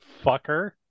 Fucker